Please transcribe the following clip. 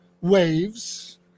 waves